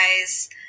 guys